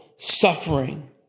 suffering